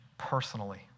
personally